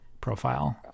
profile